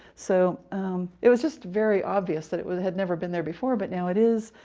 so it was just very obvious that it would had never been there before. but now it is.